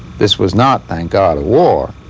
this was not, thank god, a war.